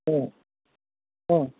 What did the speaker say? অঁ অঁ